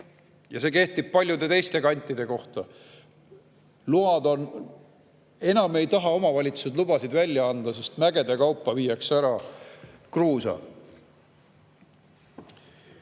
Ja see kehtib paljude teiste kantide kohta ka. Enam ei taha omavalitsused lubasid välja anda, sest mägede kaupa viiakse ära kruusa.